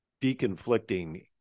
deconflicting